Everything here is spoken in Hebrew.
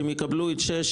שאם יקבלו את שישית,